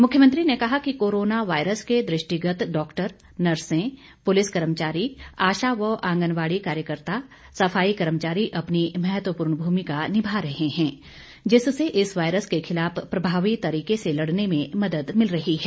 मुख्यमंत्री ने कहा कि कोरोना वायरस के दृष्टिगत डॉक्टर नर्से पुलिस कर्मचारी आशा व आंगनबाड़ी कार्यकर्ता सफाई कर्मचारी अपनी महत्वपूर्ण भूमिका निभा रहें हैं जिससे इस वायरस के खिलाफ प्रभावी तरीके से लड़ने में मद्द मिल रही है